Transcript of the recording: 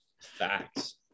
facts